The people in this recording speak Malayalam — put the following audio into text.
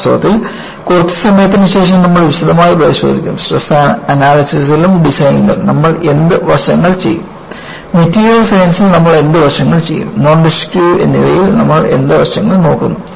വാസ്തവത്തിൽ കുറച്ച് സമയത്തിന് ശേഷം നമ്മൾ വിശദമായി പരിശോധിക്കും സ്ട്രെസ് അനാലിസിസിലും ഡിസൈനിലും നമ്മൾ എന്ത് വശങ്ങൾ ചെയ്യും മെറ്റീരിയൽ സയൻസിൽ നമ്മൾ എന്ത് വശങ്ങൾ ചെയ്യും നോൺ ഡിസ്ട്രക്റ്റീവ് എന്നിവയിൽ നമ്മൾ എന്ത് വശങ്ങൾ നോക്കുന്നു